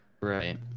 Right